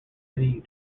city